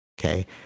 Okay